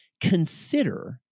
Consider